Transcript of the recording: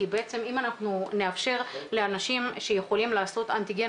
כי בעצם אם אנחנו נאפשר לאנשים שיכולים לעשות אנטיגן,